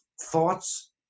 thoughts